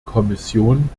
kommission